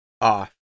off